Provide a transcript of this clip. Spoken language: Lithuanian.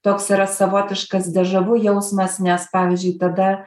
toks yra savotiškas dežavu jausmas nes pavyzdžiui tada